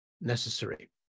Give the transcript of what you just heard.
necessary